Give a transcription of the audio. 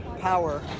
power